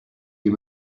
you